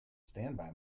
standby